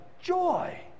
joy